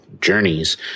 journeys